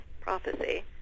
prophecy